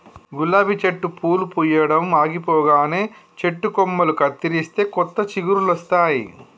గులాబీ చెట్టు పూలు పూయడం ఆగిపోగానే చెట్టు కొమ్మలు కత్తిరిస్తే కొత్త చిగురులొస్తాయి